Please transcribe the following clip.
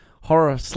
horror